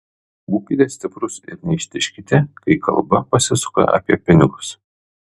būkite stiprūs ir neištižkite kai kalba pasisuka apie pinigus